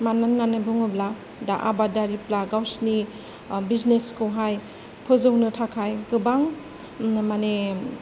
मानो होन्नानै बुङोब्ला दा आबादारिफोरा गावसोरनि बिजनेस खौहाय फोजौनो थाखाय गोबां माने